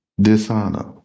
dishonor